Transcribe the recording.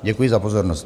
Děkuji za pozornost.